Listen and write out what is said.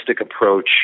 approach